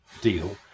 deal